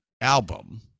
album